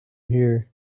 here